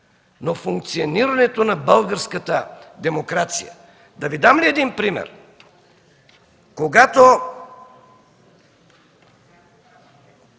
но функционирането на българската демокрация. Да Ви дам ли един пример? Когато